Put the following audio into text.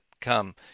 come